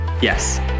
Yes